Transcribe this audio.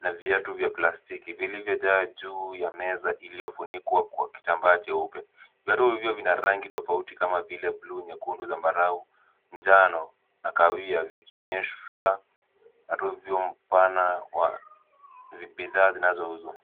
na viatu vya plastiki vilivyojaa juu ya meza iliyofunikwa kwa kitambaa cheupe. Viatu hivyo vina rangi tofauti kama vile; bluu, nyekundu, zambarau, njano na kahawia vikionyesha harubu mpana wa bidhaa zinazouzwa.